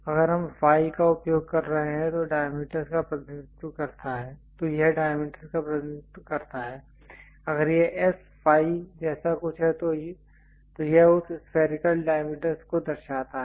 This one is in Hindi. अगर हम फाई का उपयोग कर रहे हैं तो यह डायमीटरस् का प्रतिनिधित्व करता है अगर यह S फाई जैसा कुछ है तो यह उस स्फेरिकल डायमीटरस् को दर्शाता है